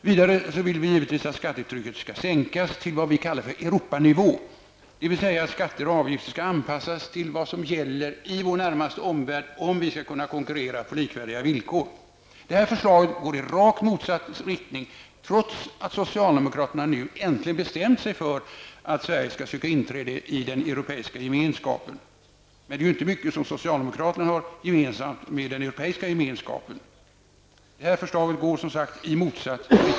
Vidare vill vi givetvis att skattetrycket skall sänkas till vad vi kallar Europanivå. Skatter och avgifter skall alltså anpassas till vad som gäller i vår närmaste omvärld för att vi skall kunna konkurrera på likvärdiga villkor. Det aktuella förslaget går i rakt motsatt riktning, trots att socialdemokraterna äntligen har bestämt sig för att Sverige skall ansöka om inträde i den europeiska gemenskapen. Men det är ju inte mycket som socialdemokraterna har gemensamt med den europeiska gemenskapen.